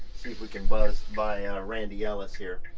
see if we can bust by randy ellis here.